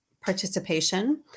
participation